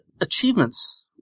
achievements